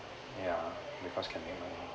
yeah because can make money